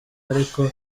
ariko